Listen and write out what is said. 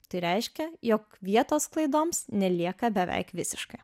tai reiškia jog vietos klaidoms nelieka beveik visiškai